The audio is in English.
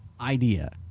idea